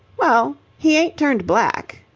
well, he ain't turned black,